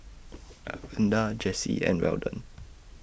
Evander Jesse and Weldon